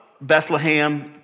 Bethlehem